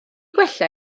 gwella